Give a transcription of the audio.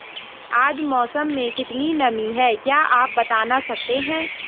आज मौसम में कितनी नमी है क्या आप बताना सकते हैं?